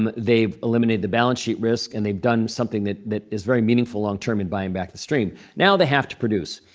um they've eliminated the balance sheet risk. and they've done something that that is very meaningful long-term in buying back the stream. now they have to produce.